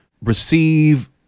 receive